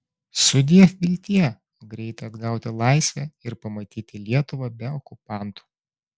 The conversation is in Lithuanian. sudiev viltie greitai atgauti laisvę ir pamatyti lietuvą be okupantų